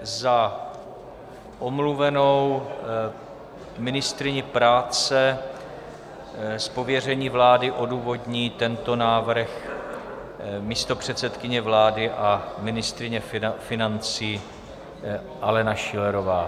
Za omluvenou ministryni práce z pověření vlády odůvodní tento návrh místopředsedkyně vlády a ministryně financí Alena Schillerová.